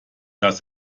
dass